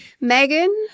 megan